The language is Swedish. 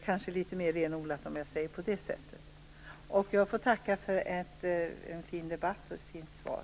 Om jag säger på det sättet blir frågan kanske mer renodlad. Jag tackar för en fin debatt och ett fint svar.